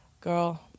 Girl